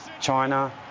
China